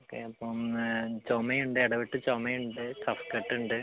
okay അപ്പം ചുമ ഉണ്ട് ഇടവിട്ട് ചുമ ഉണ്ട് കഫക്കെട്ട് ഉണ്ട്